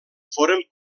foren